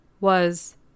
was